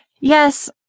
Yes